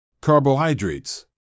Carbohydrates